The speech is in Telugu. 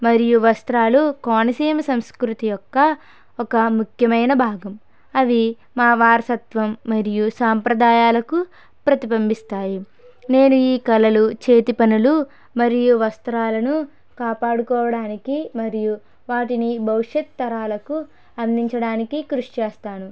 మరియు వస్త్రాలు కోనసీమ సంస్కృతి యొక్క ఒక ముఖ్యమైన భాగం అవి మా వారసత్వం మరియు సాంప్రదాయాలకు ప్రతిబింబిస్తాయి నేను ఈ కళలు చేతి పనులు మరియు వస్త్రాలను కాపాడుకోవడానికి మరియు వాటిని భవిష్యత్తు తరాలకు అందించడానికి కృషి చేస్తాను